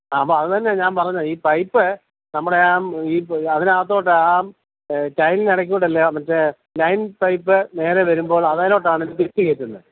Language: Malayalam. ആ അപ്പോള് അതുതന്നെയാണ് ഞാൻ പറഞ്ഞത് ഈ പൈപ്പ് നമ്മുടെ ഈ അതിനകത്തേക്ക് ആ ടൈലിനിടയ്ക്ക് കൂടെയല്ലേ മറ്റേ ലൈൻ പൈപ്പ് നേരെ വരുമ്പോൾ അതിലേക്കാണ് ഇത് കയറ്റുന്നത്